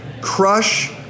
crush